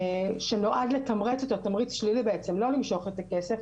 שנועד לתמרץ אותו תמריץ שלילי בעצם לא למשוך את הכסף,